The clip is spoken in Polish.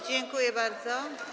Dziękuję bardzo.